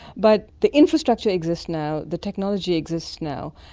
but the infrastructure exists now, the technology exists now,